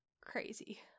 crazy